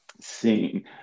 seeing